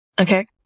Okay